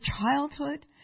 childhood